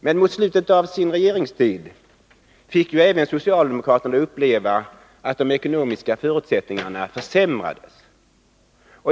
Men mot slutet av sin regeringstid fick även socialdemokraterna uppleva att de ekonomiska förutsättningarna försämrades.